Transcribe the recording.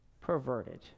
perverted